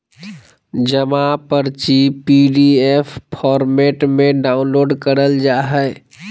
जमा पर्ची PDF format में डाउनलोड करल जा हय